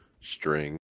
string